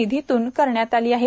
निधीतून करण्यात आली आहे